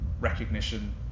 recognition